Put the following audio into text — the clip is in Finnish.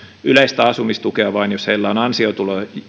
yleistä asumistukea vain jos heillä on ansiotuloja